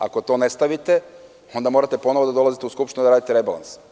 Ako to ne stavite, onda morate ponovo da dolazite u Skupštinu da radite rebalans.